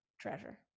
treasure